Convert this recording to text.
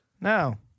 No